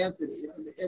Anthony